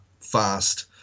fast